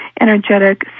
energetic